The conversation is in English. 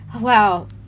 Wow